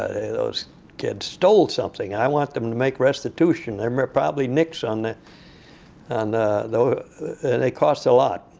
ah those kids stole something! i want them to make restitution! there um are probably nicks on the and the they cost a lot!